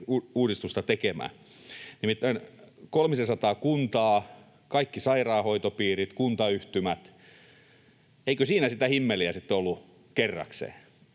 sote-uudistusta tekemään: nimittäin kolmisensataa kuntaa, kaikki sairaanhoitopiirit, kuntayhtymät — eikö siinä sitä himmeliä sitten ollut kerrakseen?